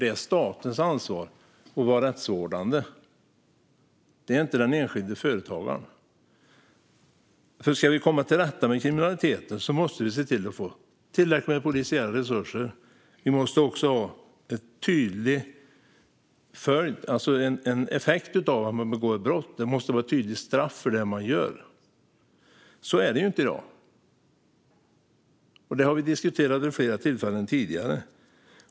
Det är statens ansvar att vara rättsvårdande, inte den enskilde företagarens. Ska vi komma till rätta med kriminaliteten måste vi få tillräckligt med polisiära resurser. Vi måste också ha en tydlig effekt av att man begår ett brott; det måste vara ett tydligt straff för det man gör. Så är det inte i dag. Det har vi diskuterat vid flera tillfällen tidigare.